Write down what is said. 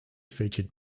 featured